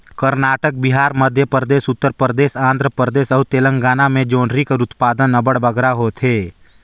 करनाटक, बिहार, मध्यपरदेस, उत्तर परदेस, आंध्र परदेस अउ तेलंगाना में जोंढरी कर उत्पादन अब्बड़ बगरा होथे